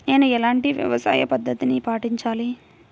నేను ఎలాంటి వ్యవసాయ పద్ధతిని పాటించాలి?